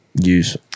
use